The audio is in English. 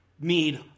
need